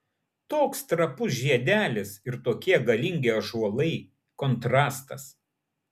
toks trapus žiedelis ir tokie galingi ąžuolai kontrastas